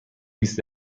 بیست